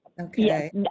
Okay